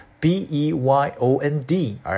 B-E-Y-O-N-D